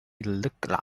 look